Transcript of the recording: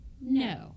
No